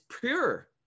pure